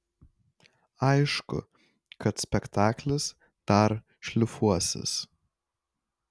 aišku kad spektaklis dar šlifuosis